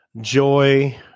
Joy